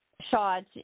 shots